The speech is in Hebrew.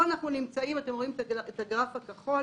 פה אנחנו נמצאים אתם רואים את הגרף הכחול